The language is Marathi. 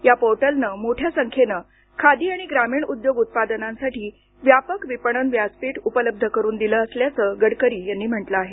या पोर्टलने मोठ्या संख्येने खादी आणि ग्रामीण उद्योग उत्पादनांसाठी व्यापक विपणन व्यासपीठ उपलब्ध करून दिला असल्याचं गडकरी यांनी म्हटलं आहे